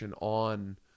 on